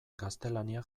gaztelania